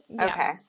okay